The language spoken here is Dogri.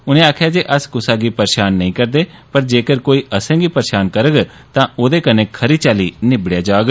उनें आक्खेआ जे अस कुसै गी परेशान नेई करदे पर जेकर कोई असेंगी परेशान करौग तां ओदे कन्नै खरी चाल्ली निबडेआ जाग